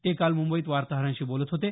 ते काल मुंबईत वार्ताहरांशी बोलत होते